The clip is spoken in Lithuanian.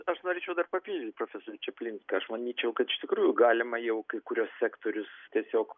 aš norėčiau dar papildyt profesorių čaplinską aš manyčiau kad iš tikrųjų galima jau kai kuriuos sektorius tiesiog